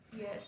yes